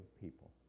people